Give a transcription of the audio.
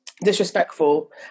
Disrespectful